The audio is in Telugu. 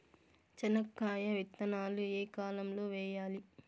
చెనక్కాయ విత్తనాలు ఏ కాలం లో వేయాలి?